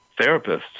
therapists